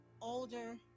older